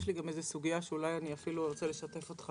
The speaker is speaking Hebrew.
יש לי גם איזו סוגיה שאולי אפילו ארצה לשתף אותך,